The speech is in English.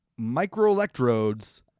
microelectrodes